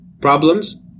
problems